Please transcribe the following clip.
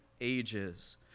ages